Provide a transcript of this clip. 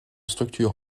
structure